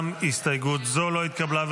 גם הסתייגות זו לא התקבלה.